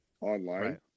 online